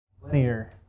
Linear